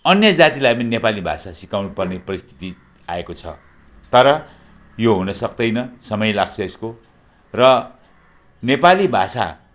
अन्य जातिलाई पनि नेपाली भाषा सिकाउनुपर्ने परिस्थिति आएको छ तर यो हुनसक्दैन समय लाग्छ यसको र नेपाली भाषा